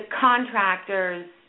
contractors